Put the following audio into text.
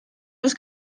los